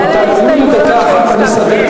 אני אסדר את